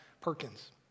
Perkins